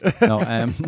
No